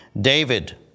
David